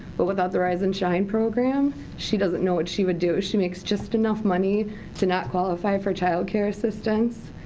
but without the rise and shine program she doesn't know what she would do. she makes just enough money to not qualify for childcare assistance.